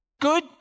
Good